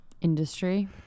industry